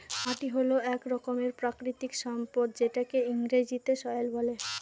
মাটি হল এক রকমের প্রাকৃতিক সম্পদ যেটাকে ইংরেজিতে সয়েল বলে